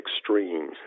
extremes